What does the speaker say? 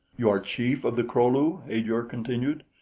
you are chief of the kro-lu? ajor continued.